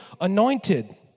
anointed